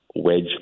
wedge